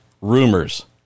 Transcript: rumors